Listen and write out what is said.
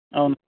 అవును